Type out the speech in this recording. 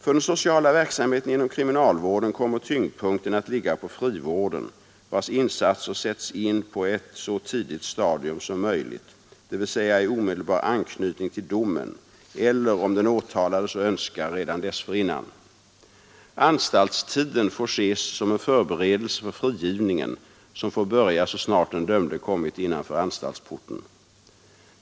För den sociala verksamheten inom kriminalvården kommer tyngdpunkten att ligga på frivården, vars insatser sätts in på ett så tidigt stadium som möjligt, dvs. i omedelbar anknytning till domen eller, om den åtalade så önskar, redan dessförinnan. Anstaltstiden får ses som en förberedelse för frigivningen, som får börja så snart den dömde kommit innanför anstaltsporten.